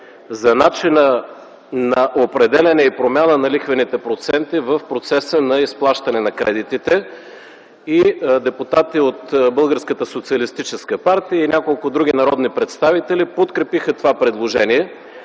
за начина на определяне и промяна на лихвените проценти в процеса на изплащане на кредитите. Депутати от Българската социалистическа партия и няколко други народни представители подкрепиха това предложение,